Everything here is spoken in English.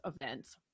events